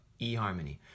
eHarmony